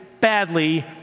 badly